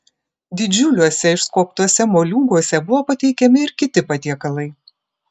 didžiuliuose išskobtuose moliūguose buvo pateikiami ir kiti patiekalai